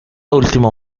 último